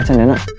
and naina?